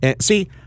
see